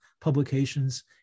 publications